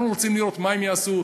אנחנו רוצים לראות מה הם יעשו,